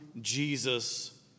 Jesus